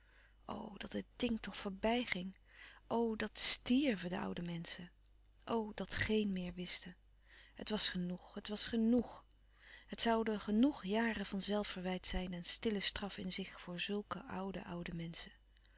dat het ding toch voorbij ging o dat stièrven de oude menschen o dat geen meer wisten het was genoeg het was genoeg het zouden genoeg jaren van zelfverwijt zijn en stille straf in zich voor zulke oude oude menschen